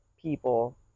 people